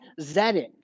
Zedek